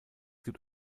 gibt